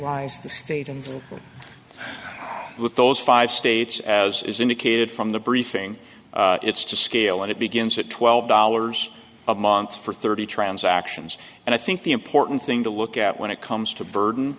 and with those five states as is indicated from the briefing it's to scale and it begins at twelve dollars a month for thirty transactions and i think the important thing to look at when it comes to burden